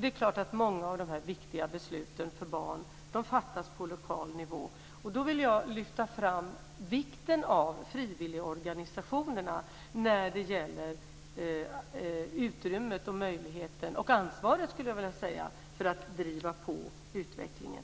Det är klart att många av de viktiga besluten för barn fattas på lokal nivå. Där vill jag lyfta fram vikten av frivilligorganisationerna och deras utrymme, möjlighet och ansvar för att driva på utvecklingen.